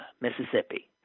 Mississippi